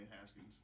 Haskins